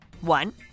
One